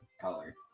Color